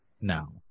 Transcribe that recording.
now